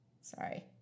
Sorry